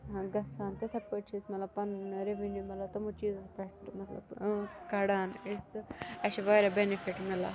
گَژھان تِتھے پٲٹھۍ چھِ اَسہِ مَطلَب پَنُن یہِ ریٚوِنیٚو مَطلَب تمو چیٖزو پٮ۪ٹھ مَطلَب کَڑان أسۍ تہِ اَسہِ چھُ واریاہ بیٚنِفِٹ مِلان